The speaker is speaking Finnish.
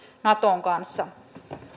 naton kanssa